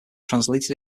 translated